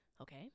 Okay